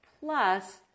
Plus